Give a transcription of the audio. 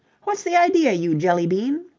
what's the idea, you jelly bean?